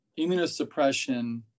immunosuppression